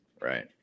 Right